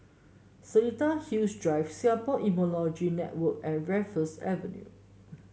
Seletar Hills Drive Singapore Immunology Network and Raffles Avenue